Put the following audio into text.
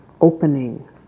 opening